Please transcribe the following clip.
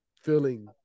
feeling